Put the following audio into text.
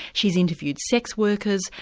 she's interviewed sex workers,